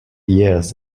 years